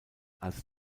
als